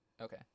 Okay